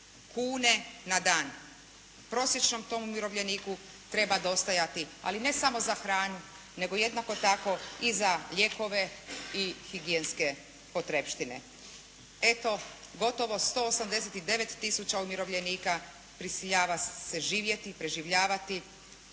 kune na dan. Prosječnom tom umirovljeniku treba dostajati ali ne samo za hranu nego jednako tako i za lijekove i higijenske potrepštine. Eto, gotovo 189 tisuća umirovljenika prisiljava se živjeti, preživljavati